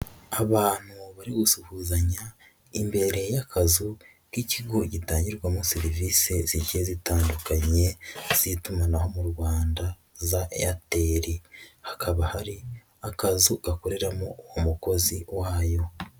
Abantu bari gusuhuzanya imbere y'akazu k'ikigo gitangirwamo serivise zigiye zitandukanye z'itumanaho mu Rwanda za Airtel, hakaba hari akazu gakoreramo umukozi wayo.